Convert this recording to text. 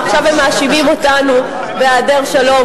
ועכשיו הם מאשימים אותנו בהיעדר שלום,